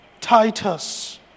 Titus